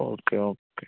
okay okay